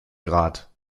grad